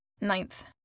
Ninth